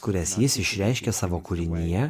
kurias jis išreiškė savo kūrinyje